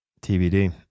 TBD